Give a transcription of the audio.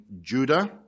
Judah